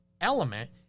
element